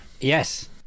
Yes